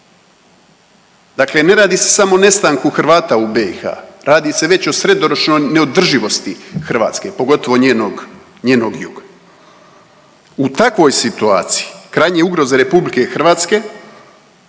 Dakle, ne radi se samo o nestanku Hrvata u BiH radi se već o srednjoročnoj neodrživosti Hrvatske, pogotovo njenog, njenog juga. U takvoj situaciji krajnje ugroze RH